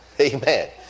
Amen